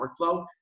workflow